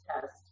test